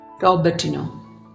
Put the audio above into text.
Robertino